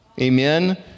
Amen